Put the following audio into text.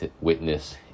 witness